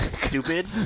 stupid